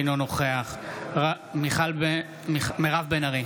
אינו נוכח מירב בן ארי,